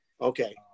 Okay